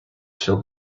filled